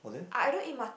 was there